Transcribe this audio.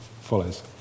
follows